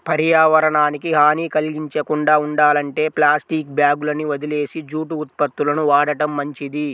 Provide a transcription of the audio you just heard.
పర్యావరణానికి హాని కల్గించకుండా ఉండాలంటే ప్లాస్టిక్ బ్యాగులని వదిలేసి జూటు ఉత్పత్తులను వాడటం మంచిది